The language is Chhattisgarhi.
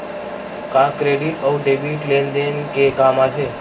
का क्रेडिट अउ डेबिट लेन देन के काम आथे?